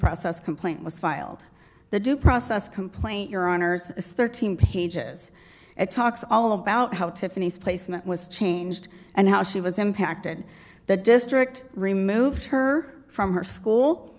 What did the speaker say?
process complaint was filed the due process complaint your honour's is thirteen pages it talks all about how to phonies placement was changed and how she was impacted that district removed her from her school